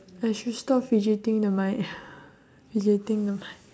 I should stop fidgeting the mic fidgeting the mic